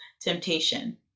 temptation